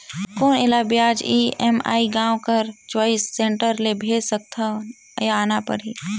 कौन एला ब्याज ई.एम.आई गांव कर चॉइस सेंटर ले भेज सकथव या आना परही?